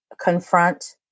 confront